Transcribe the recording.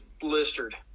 blistered